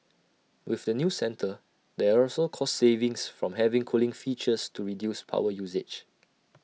with the new centre there are also cost savings from having cooling features to reduce power usage